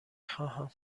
خواهم